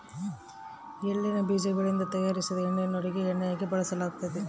ಎಳ್ಳಿನ ಬೀಜಗಳಿಂದ ತಯಾರಿಸಿದ ಎಣ್ಣೆಯನ್ನು ಅಡುಗೆ ಎಣ್ಣೆಯಾಗಿ ಬಳಸಲಾಗ್ತತೆ